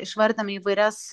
išvartėm įvairias